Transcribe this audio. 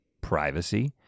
privacy